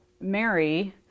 Mary